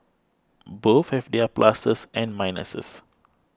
both have their pluses and minuses